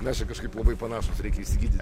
mes čia kažkaip labai panašūs reikia išsigy